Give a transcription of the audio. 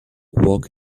walk